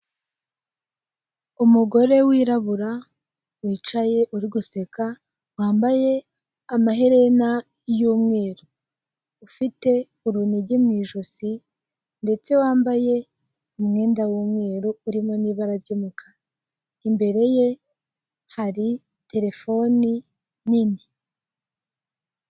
Umugore wirabura wicaye uri guseka wambaye amaherena y'umweru ufite urunigi mu ijosi ndetse wambaye umwenda w'umweru urimo n'ibara ry'umukara. Imbere ye hari telefone nini.